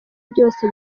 byose